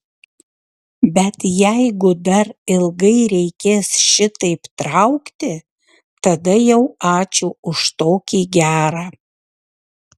bet jeigu dar ilgai reikės šitaip traukti tada jau ačiū už tokį gerą